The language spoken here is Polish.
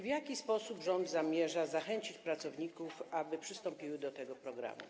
W jaki sposób rząd zamierza zachęcić pracowników, aby przystąpili do tego programu?